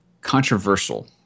controversial